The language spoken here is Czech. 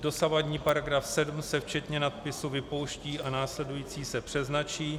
Dosavadní § 7 se včetně nadpisu vypouští a následující se přeznačí.